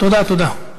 תודה, תודה.